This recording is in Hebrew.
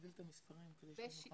ב-10